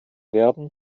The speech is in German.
werden